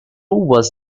was